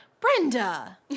Brenda